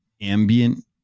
ambient